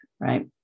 right